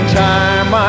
time